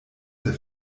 der